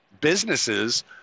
businesses